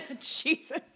Jesus